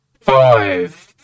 FIVE